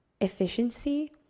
efficiency